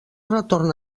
retorn